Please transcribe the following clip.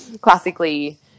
classically